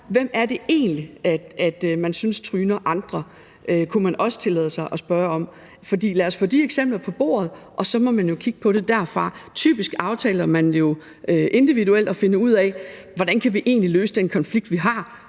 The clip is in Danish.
Hvem er det egentlig, man synes tryner andre? Det kunne man også tillade sig at spørge om. Så lad os få de eksempler på bordet, og så må man jo kigge på det derfra. Typisk aftaler man det jo individuelt og finder ud af: Hvordan kan vi egentlig løse den konflikt, vi har?